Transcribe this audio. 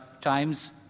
times